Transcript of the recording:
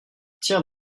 tiens